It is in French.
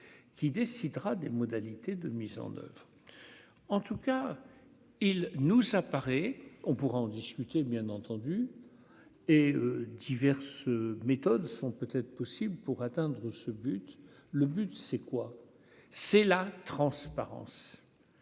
qui décidera des modalités de mise en oeuvre, en tout cas, il nous ça paraît, on pourra en discuter bien entendu et diverses méthodes sont peut être possible pour atteindre ce but, le but c'est quoi, c'est la transparence